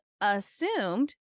assumed